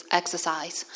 exercise 。